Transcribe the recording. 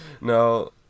No